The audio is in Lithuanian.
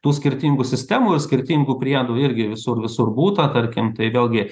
tų skirtingų sistemų skirtingų priedų irgi visur visur būta tarkim tai vėlgi